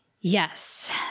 Yes